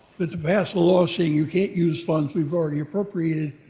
but to pass a law saying you can't use funds we've already appropriated,